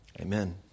Amen